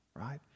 right